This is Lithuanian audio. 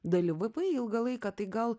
dalyvavai ilgą laiką tai gal